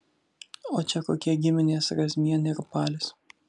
o čia kokie giminės razmienė ir palis